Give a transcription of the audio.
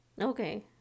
Okay